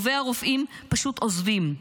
טובי הרופאים פשוט עוזבים.